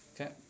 Okay